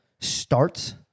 starts